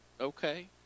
okay